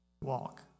Walk